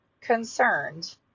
concerned